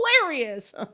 hilarious